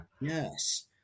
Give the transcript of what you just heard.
Yes